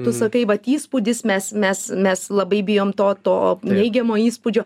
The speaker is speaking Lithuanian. tu sakai vat įspūdis mes mes mes labai bijom to to neigiamo įspūdžio